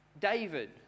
David